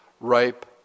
ripe